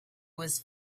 was